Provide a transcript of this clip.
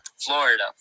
Florida